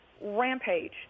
rampage